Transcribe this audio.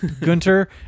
Gunter